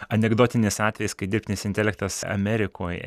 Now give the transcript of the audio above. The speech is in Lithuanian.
anekdotinis atvejis kai dirbtinis intelektas amerikoj